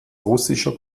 russischer